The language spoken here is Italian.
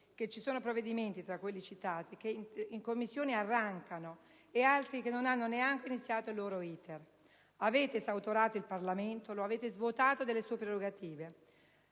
che ci sono provvedimenti, tra quelli citati, che in Commissione arrancano e altri che non hanno neanche iniziato il loro *iter*. Avete esautorato il Parlamento, lo avete svuotato delle sue prerogative.